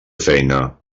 feina